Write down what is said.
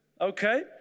okay